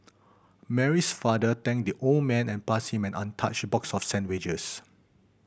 Mary's father thanked the old man and passed him an untouched box of sandwiches